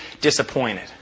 disappointed